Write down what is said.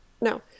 no